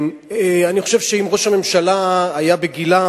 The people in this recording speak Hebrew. אני חושב שאם ראש הממשלה היה בגילם,